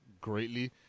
greatly